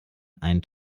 ein